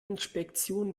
inspektion